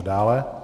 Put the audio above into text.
Dále.